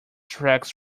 tracks